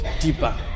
deeper